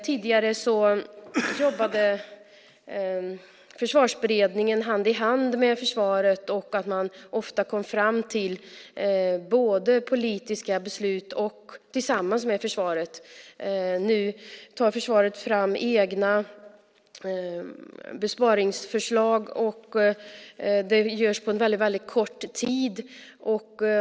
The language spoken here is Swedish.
Tidigare jobbade Försvarsberedningen hand i hand med försvaret, och man kom ofta fram till politiska beslut tillsammans med försvaret. Nu tar försvaret fram egna besparingsförslag, och det görs på en väldigt kort tid.